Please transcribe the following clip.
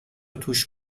توش